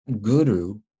guru